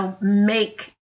make